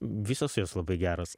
visos jos labai geros